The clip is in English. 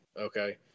Okay